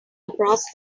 across